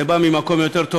זה בא ממקום יותר טוב,